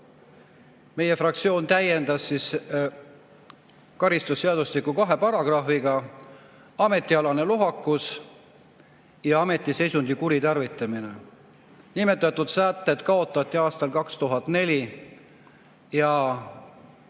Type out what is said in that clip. meie fraktsioon täiendas karistusseadustikku kahe paragrahviga: ametialane lohakus ja ametiseisundi kuritarvitamine. Nimetatud sätted kaotati aastal 2004 ja